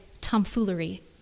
tomfoolery